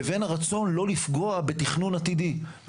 לבין הרצון לא לפגוע בתכנון עתידי.